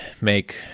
make